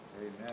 Amen